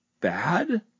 bad